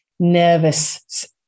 nervous